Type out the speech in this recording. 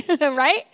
right